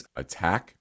attack